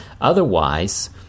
Otherwise